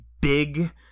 big